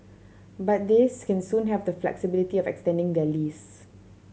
but they can soon have the flexibility of extending their lease